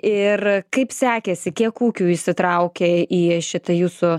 ir kaip sekėsi kiek ūkių įsitraukė į šitą jūsų